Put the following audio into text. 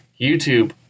YouTube